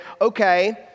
okay